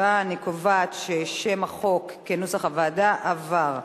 אני קובעת ששם החוק, כנוסח הוועדה, עבר.